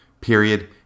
period